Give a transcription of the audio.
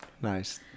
nice